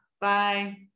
bye